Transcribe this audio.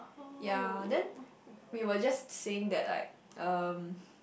ya then we were just saying that like um